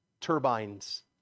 turbines